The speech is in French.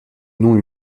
non